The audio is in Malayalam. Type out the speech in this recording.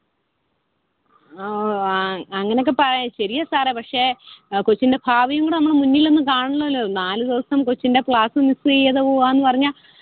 അ അങ്ങനൊക്കെ പാ ശരിയാണ് സാറേ പക്ഷേ കൊച്ചിൻ്റെ ഭാവിയും കൂടെ നമ്മൾ മുന്നിലൊന്ന് കാണണമല്ലോ അത് നാല് ദിവസം കൊച്ചിൻ്റെ ക്ലാസ്സ് മിസ്സ് ചെയ്ത് പോവാന്ന് പറഞ്ഞാൽ